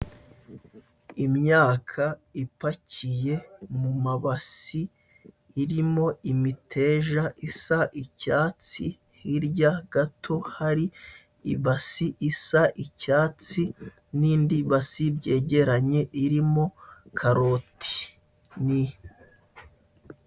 Imyaka ipakiye mu mabasi, irimo imiteja isa icyatsi, hirya gato hari ibasi isa icyatsi, n'indi basi byegeranye irimo karoti. ni...